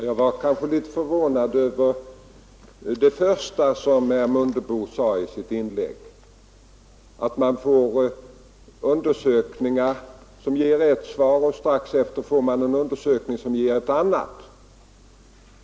Herr talman! Jag var litet förvånad över det första som herr Mundebo sade i sitt inlägg — att man har en undersökning som ger ett svar och att strax därefter en annan undersökning ger ett annat.